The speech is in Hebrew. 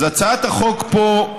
אז הצעת החוק פה,